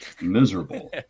miserable